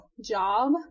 job